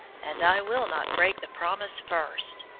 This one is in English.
and i will not break the promise first.